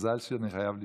מזל שאני חייב לשתוק.